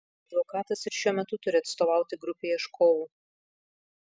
advokatas ir šiuo metu turi atstovauti grupei ieškovų